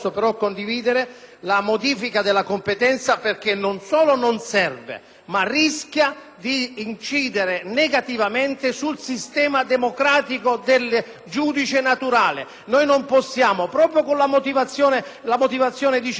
ma rischia di incidere negativamente sul sistema democratico del giudice naturale. Non possiamo dire - proprio la motivazione del collega Centaro mi ha messo ulteriormente in allarme - che, poiché c'è il pericolo